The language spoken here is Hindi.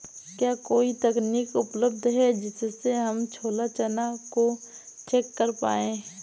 क्या कोई तकनीक उपलब्ध है जिससे हम छोला चना को चेक कर पाए?